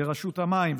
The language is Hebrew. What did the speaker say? רשות המים,